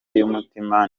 y’umutima